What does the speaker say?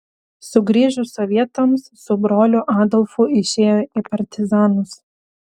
sugrįžus sovietams su broliu adolfu išėjo į partizanus